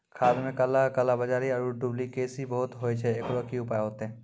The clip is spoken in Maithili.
खाद मे काला कालाबाजारी आरु डुप्लीकेसी बहुत होय छैय, एकरो की उपाय होते?